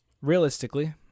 realistically